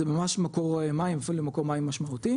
זה ממש מקור מים אפילו מקום משמעותי.